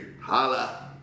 Holla